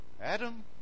Adam